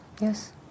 yes